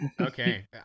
Okay